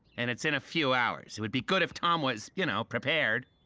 and it's in a few hours. it would be good if tom was, you know, prepared.